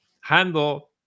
handle